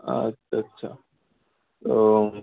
আচ্ছা আচ্ছা ও